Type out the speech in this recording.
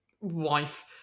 wife